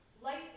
Light